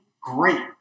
Great